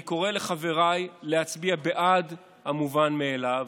אני קורא לחבריי להצביע בעד המובן מאליו,